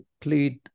plead